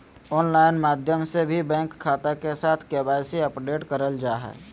online माध्यम से भी बैंक खाता के साथ के.वाई.सी अपडेट करल जा हय